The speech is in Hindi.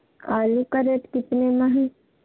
आलू का रेट कितने में है